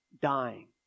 dying